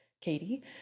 Katie